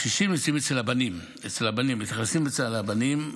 הקשישים נמצאים אצל הבנים,